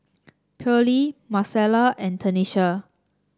Pearley Marcella and Tenisha